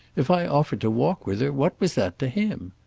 if i offered to walk with her what was that to him?